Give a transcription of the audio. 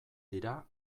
dira